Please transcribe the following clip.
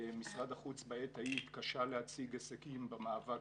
משרד החוץ בעת ההיא התקשה להציג הישגים במאבק